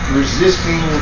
resisting